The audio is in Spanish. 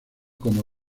como